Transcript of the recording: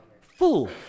full